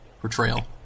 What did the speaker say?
portrayal